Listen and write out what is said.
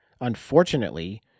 Unfortunately